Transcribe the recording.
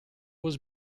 was